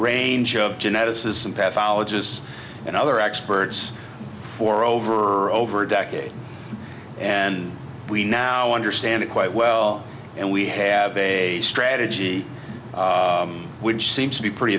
range of geneticists and other experts for over over a decade and we now understand it quite well and we have a strategy which seems to be pretty